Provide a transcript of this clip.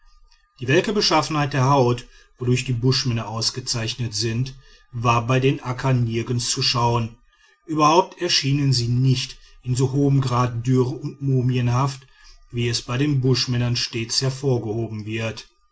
die welke beschaffenheit der haut wodurch die buschmänner ausgezeichnet sind war bei den akka nirgends zu schauen überhaupt erschienen sie nicht in so hohem grad dürr und mumienhaft wie es bei den buschmännern stets hervorgehoben wird